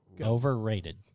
Overrated